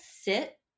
sit